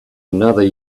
another